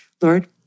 Lord